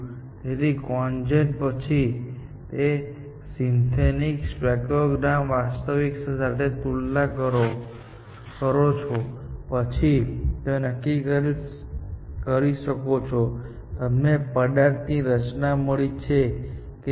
તેથી CONGEN પછી તમે સિન્થેટિક સ્પેક્ટ્રોગ્રામને વાસ્તવિક સાથે તુલના કરો છો અને પછી તમે નક્કી કરી શકો છો કે તમને પદાર્થની રચના મળી છે કે નહીં